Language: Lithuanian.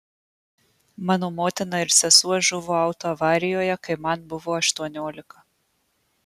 mano motina ir sesuo žuvo autoavarijoje kai man buvo aštuoniolika